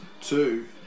two